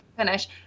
Finish